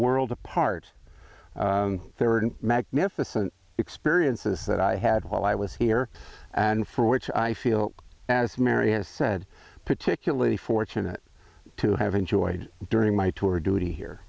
world apart third and magnificent experiences that i had while i was here and for which i feel as marius said particularly fortunate to have enjoyed during my tour of duty here